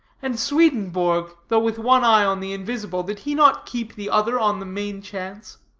and swedenborg, though with one eye on the invisible, did he not keep the other on the main chance?